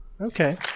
Okay